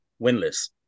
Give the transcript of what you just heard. winless